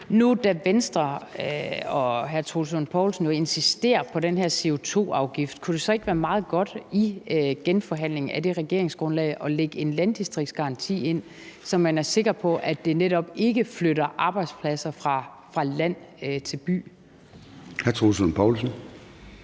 Nu da Venstre og hr. Troels Lund Poulsen jo insisterer på den her CO2-afgift, kunne det så ikke være meget godt i genforhandlingen af det regeringsgrundlag at lægge en landdistriktsgaranti ind, så man er sikker på, at det netop ikke flytter arbejdspladser fra land til by? Kl. 13:29 Formanden